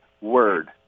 word